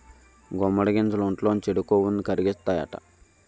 గుమ్మడి గింజలు ఒంట్లోని చెడు కొవ్వుని కరిగిత్తాయట